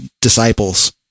disciples